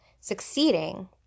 succeeding